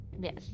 Yes